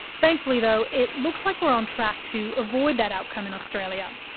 thankfully though, it looks like we're on track to avoid that outcome in australia, um